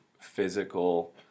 physical